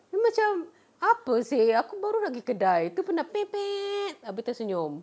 ini macam apa seh aku baru nak pergi kedai itu pun nak peh~ pet~ habis tersenyum